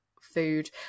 food